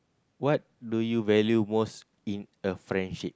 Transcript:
what do you value most in a friendship